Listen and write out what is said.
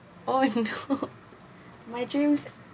oh no my dreams